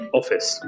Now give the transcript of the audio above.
office